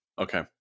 Okay